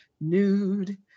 Nude